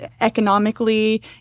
economically